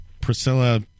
Priscilla